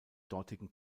dortigen